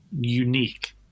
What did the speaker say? unique